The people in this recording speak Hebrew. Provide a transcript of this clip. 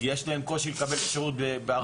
כי יש להם קושי לקבל את השירות בערבית.